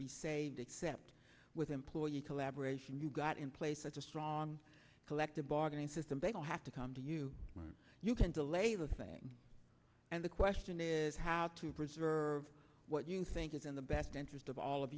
be saved except with implore you to lab ration you've got in place such a strong collective bargaining system they don't have to come to you when you can delay the thing and the question is how to preserve what you think is in the best interest of all of